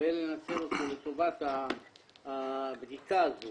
ולנצל אותו לטובת הבדיקה הזאת